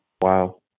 Wow